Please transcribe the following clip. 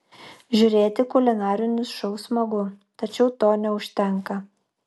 žiūrėti kulinarinius šou smagu tačiau to neužtenka